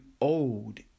old